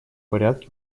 порядке